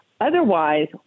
Otherwise